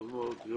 טוב מאוד.